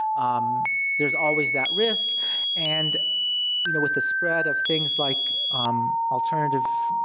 um there's always that risk and you know with the spread of things like um alternative,